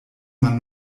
man